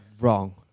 wrong